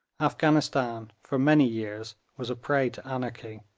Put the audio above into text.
afghanistan for many years was a prey to anarchy.